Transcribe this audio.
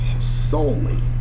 solely